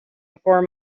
before